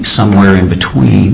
somewhere in between